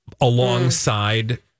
alongside